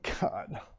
God